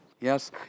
Yes